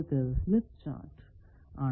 ആദ്യത്തേത് Smith chart ആണ്